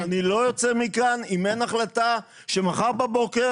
ואני לא יוצא מכאן אם אין החלטה שמחר בבוקר